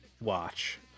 watch